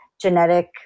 genetic